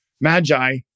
magi